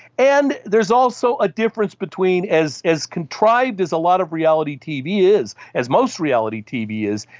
and there's also a difference between, as as contrived as a lot of reality tv is, as most reality tv is,